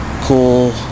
Cool